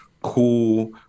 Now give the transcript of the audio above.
cool